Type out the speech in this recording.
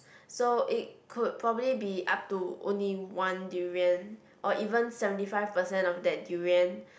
so it could probably be up to only one durian or even seventy five percent of that durian